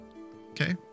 Okay